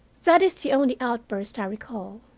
that is the only outburst i recall.